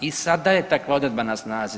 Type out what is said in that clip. I sada je takva odredba na snazi.